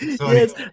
yes